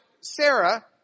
Sarah